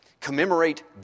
Commemorate